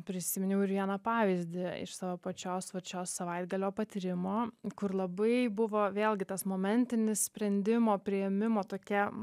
prisiminiau ir vieną pavyzdį iš savo pačios vat šio savaitgalio patyrimo kur labai buvo vėlgi tas momentinis sprendimo priėmimo tokia